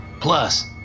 Plus